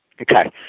Okay